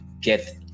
get